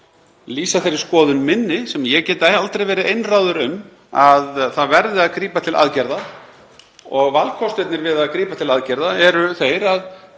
lýsa þeirri skoðun minni, sem ég get aldrei verið einráður um, að það verði að grípa til aðgerða. Valkostirnir við að grípa til aðgerða eru í